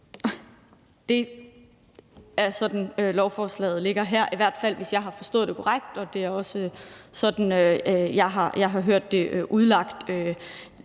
Det er sådan ifølge lovforslaget, der ligger her – i hvert fald hvis jeg har forstået det korrekt, og det er også sådan, jeg har hørt det udlagt